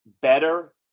better